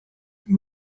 mnie